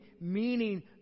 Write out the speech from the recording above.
meaning